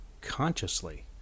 consciously